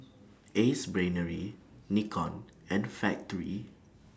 Ace Brainery Nikon and Factorie